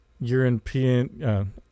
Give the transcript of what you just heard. European